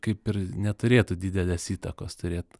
kaip ir neturėtų didelės įtakos turėt